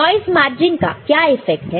noise margin का क्या effect है